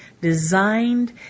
designed